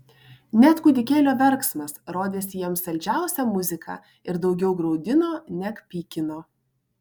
net kūdikėlio verksmas rodėsi jiems saldžiausia muzika ir daugiau graudino neg pykino